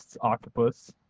octopus